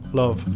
love